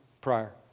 prior